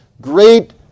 great